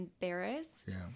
embarrassed